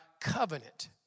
covenant